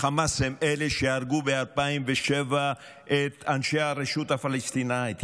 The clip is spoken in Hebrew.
החמאס הם אלה שהרגו ב-2007 את אנשי הרשות הפלסטינית,